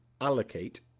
allocate